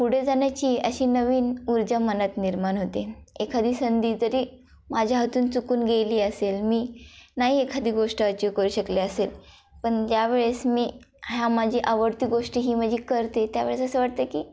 पुढे जाण्याची अशी नवीन ऊर्जा मनात निर्माण होते एखादी संधी जरी माझ्या हातून चुकून गेली असेल मी नाही एखादी गोष्ट अचिव करू शकले असेल पण ज्यावेळेस मी ह्या माझी आवडती गोष्ट ही माझी करते त्यावेळेस असं वाटतं की